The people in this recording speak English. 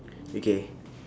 okay